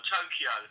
Tokyo